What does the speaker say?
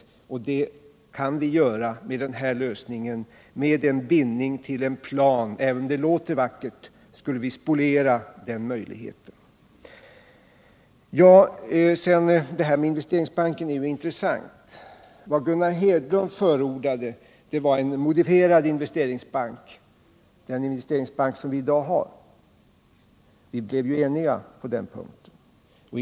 Att vi skulle kunna göra det genom att binda oss till en plan låter vackert, men vi skulle då spoliera möjligheterna till rationella lösningar. Frågan om Investeringsbanken är intressant. Vad Gunnar Hedlund förordade var en modifierad form av investeringsbank, och det blev den investeringsbank som vi i dag har. Vi blev ju eniga på den punkten.